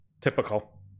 typical